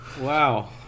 wow